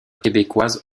québécoise